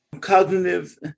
cognitive